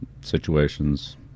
situations